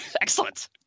Excellent